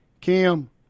Kim